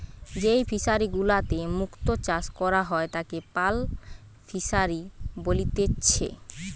যেই ফিশারি গুলাতে মুক্ত চাষ করা হয় তাকে পার্ল ফিসারী বলেতিচ্ছে